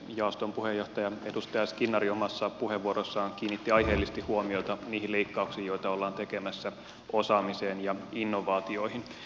jaoston puheenjohtaja edustaja skinnari omassa puheenvuorossaan kiinnitti aiheellisesti huomiota niihin leikkauksiin joita ollaan tekemässä osaamiseen ja innovaatioihin